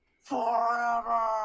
Forever